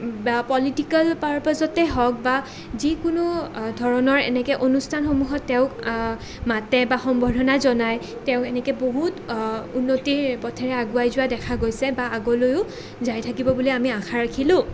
বা পলিটিকেল পাৰ্পাজতে হওঁক বা যিকোনো ধৰণৰ এনেকৈ অনুষ্ঠানসমূহত তেওঁক মাতে বা সম্বৰ্ধনা জনায় তেওঁ এনেকৈ বহুত উন্নতিৰ পথেৰে আগুৱাই যোৱা দেখা গৈছে বা আগলৈও যায় থাকিব বুলি আমি আশা ৰাখিলো